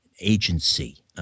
agency